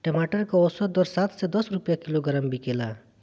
टमाटर के औसत दर सात से दस रुपया किलोग्राम बिकला?